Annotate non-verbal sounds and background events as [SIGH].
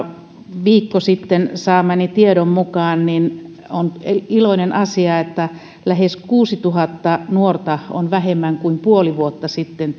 viikko sitten saamani tiedon mukaan ja se on iloinen asia työelämän tai koulutuksen ulkopuolella on lähes kuusituhatta nuorta vähemmän kuin puoli vuotta sitten [UNINTELLIGIBLE]